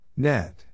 Net